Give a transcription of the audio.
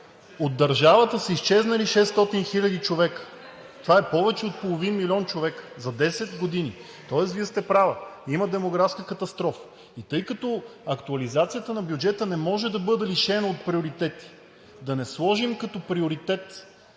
от държавата са изчезнали 600 хиляди човека. Това е повече от половин милион души – за 10 години, тоест Вие сте права: има демографска катастрофа и тъй като актуализацията на бюджета не може да бъде лишена от приоритети, да не сложим като приоритет